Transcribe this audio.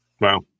Wow